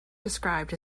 described